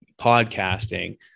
podcasting